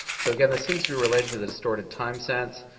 so again, this seems to be related to the distorted time sense.